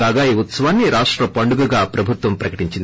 కాగా ఈ ఉత్సవాన్ని రాష్ట పండుగగా ప్రభుత్వం ప్రకటించింది